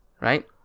right